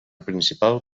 principal